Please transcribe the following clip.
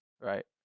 right